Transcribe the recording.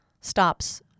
stops